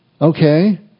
Okay